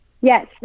Yes